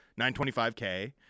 925K